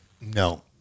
no